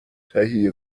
تهیه